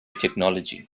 technology